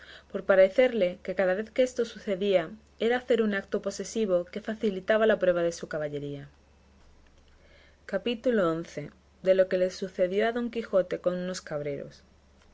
por parecerle que cada vez que esto le sucedía era hacer un acto posesivo que facilitaba la prueba de su caballería capítulo xi de lo que le sucedió a don quijote con unos cabreros